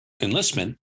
enlistment